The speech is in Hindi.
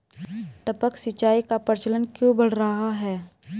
टपक सिंचाई का प्रचलन क्यों बढ़ रहा है?